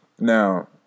Now